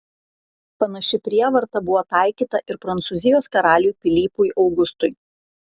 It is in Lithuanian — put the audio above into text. panaši prievarta buvo taikyta ir prancūzijos karaliui pilypui augustui